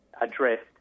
addressed